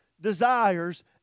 desires